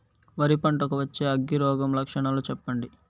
వరి పంట కు వచ్చే అగ్గి రోగం లక్షణాలు చెప్పండి?